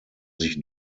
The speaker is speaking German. sich